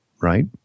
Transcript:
Right